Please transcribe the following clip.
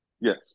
Yes